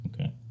Okay